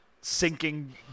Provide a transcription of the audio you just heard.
Sinking